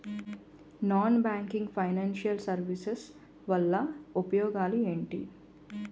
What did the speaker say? Non banking financial services వల్ల ఉపయోగాలు ఎంటి?